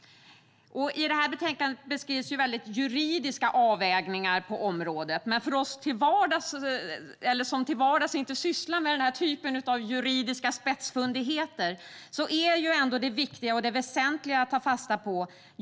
I det här betänkandet beskrivs juridiska avvägningar på området, men för oss som till vardags inte sysslar med den här typen av juridiska spetsfundigheter är rörligheten det viktiga och väsentliga att ta fasta på.